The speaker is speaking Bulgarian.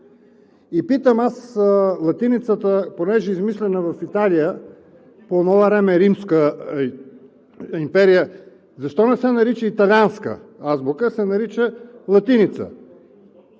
И питам аз: латиницата понеже е измислена в Италия, по онова време римска империя, защо не се нарича „италианска“ азбука, а се нарича „латиница“?